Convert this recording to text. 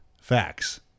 Facts